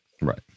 Right